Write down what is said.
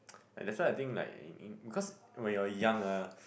that's why I think like in in because when you're young ah